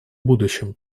будущем